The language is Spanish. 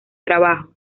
trabajo